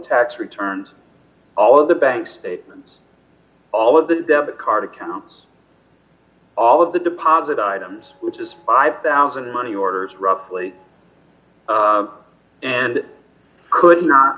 tax returns all the bank statements all of the debit card accounts all of the deposit items which is five thousand money orders roughly and could not